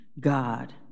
God